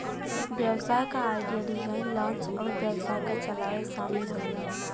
व्यवसाय क idea, design, launch अउर व्यवसाय क चलावे शामिल हउवे